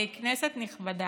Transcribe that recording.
כנסת נכבדה,